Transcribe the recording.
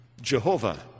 Jehovah